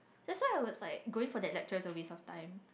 that's why I was like going for that lecture is a waste of time